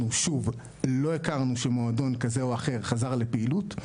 שוב לא הכרנו שמועדון כזה או אחר חזר לפעילות.